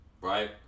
Right